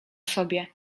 sobie